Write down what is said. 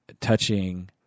touching –